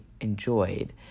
enjoyed